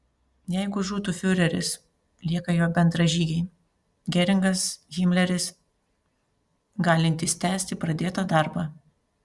jeigu žūtų fiureris lieka jo bendražygiai geringas himleris galintys tęsti pradėtą darbą